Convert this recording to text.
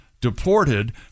deported